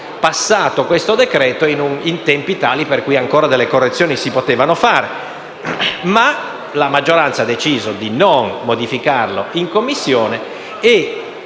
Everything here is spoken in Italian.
passato questo testo in tempi tali per cui delle correzioni ancora si potevano fare; tuttavia la maggioranza ha deciso di non modificarlo in Commissione e